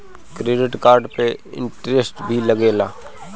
Credit card पे interest भी लागेला?